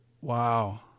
Wow